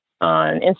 on